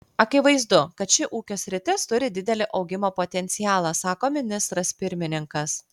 akivaizdu kad ši ūkio sritis turi didelį augimo potencialą sako ministras pirmininkas